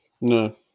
No